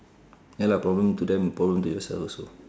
ya lah problem to them problem to yourself also